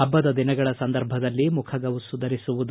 ಪಬ್ದದ ದಿನಗಳ ಸಂದರ್ಭದಲ್ಲಿ ಮುಖಗವಸು ಧರಿಸುವುದು